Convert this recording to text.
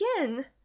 again